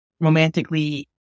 romantically